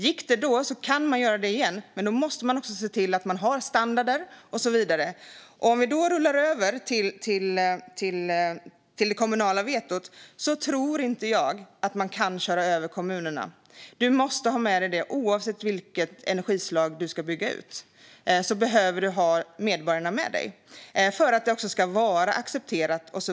Gick det då kan man göra det igen, men då måste man också se till att man har standarder och så vidare. Om vi rullar över till detta med det kommunala vetot tror jag inte att man kan köra över kommunerna. Man måste ha med sig dem och medborgarna oavsett vilket energislag man ska bygga ut för att det ska vara accepterat.